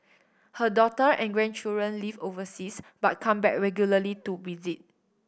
her daughter and grandchildren live overseas but come back regularly to visit